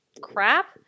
crap